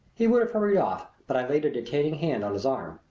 he would have hurried off, but i laid a detaining hand on his arm.